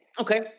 Okay